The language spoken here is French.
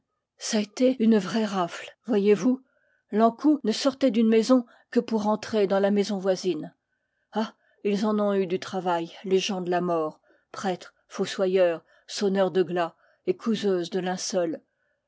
locquenvel ç'a été une vraie râfle voyez-vous l'ankou ne sortait d'une maison que pour entrer dans la maison voisine ah ils en ont eu du travail les gens de la mort prêtres fos soyeurs sonneurs de glas et couseuses de linceuls